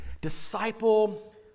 disciple